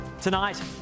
Tonight